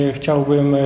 Chciałbym